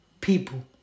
people